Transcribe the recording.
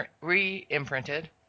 re-imprinted